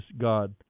God